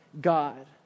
God